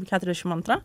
keturiašim antra